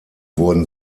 wurden